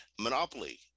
Monopoly